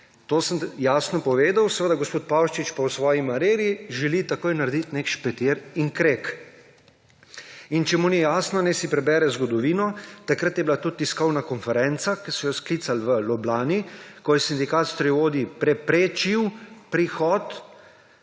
To sem jasno povedal. Seveda gospod Pavšič pa v svoji maniri želi takoj narediti nek špetir in kreg. Če mu ni jasno, naj si prebere zgodovino. Takrat je bila tudi tiskovna konferenca, ki so jo sklicali v Ljubljani, ko je Sindikat strojevodij preprečil prihod